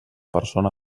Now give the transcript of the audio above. persona